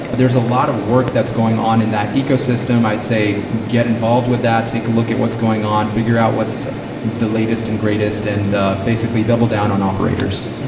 but a lot of work that's going on in that ecosystem. i'd say get involved with that. take a look at what's going on. figure out what's so the latest and greatest and basically double down on operators.